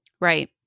Right